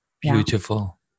Beautiful